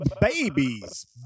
Babies